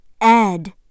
ed